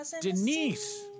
Denise